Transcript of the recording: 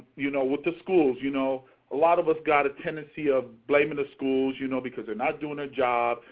you know, with the schools, you know a lot of us got a tendency of blaming the schools you know because they're not doing their ah jobs.